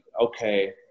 okay